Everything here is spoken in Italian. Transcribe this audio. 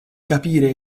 capire